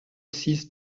six